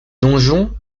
donjon